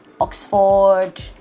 Oxford